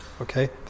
Okay